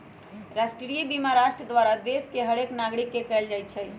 राष्ट्रीय बीमा राष्ट्र द्वारा देश के हरेक नागरिक के कएल जाइ छइ